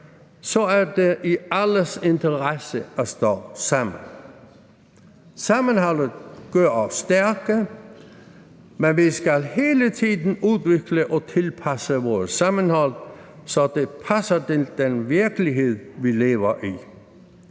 så er det i vores alles interesse at stå sammen. Sammenholdet gør os stærke. Men vi skal hele tiden udvikle og tilpasse vores sammenhold, så det passer til den virkelighed, vi lever i.